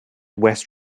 west